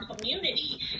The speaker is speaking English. community